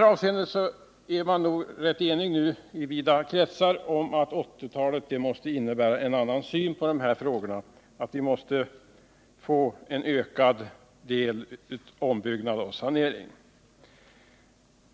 I vida kretsar är man nog rätt enig om att 1980-talet måste medföra en annan syn på de här frågorna. En större del av ombyggnaderna måste avse sanering.